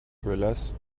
thrillers